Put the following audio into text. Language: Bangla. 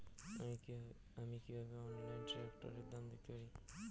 আমি কিভাবে অনলাইনে ট্রাক্টরের দাম দেখতে পারি?